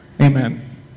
Amen